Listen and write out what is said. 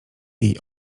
jej